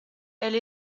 elle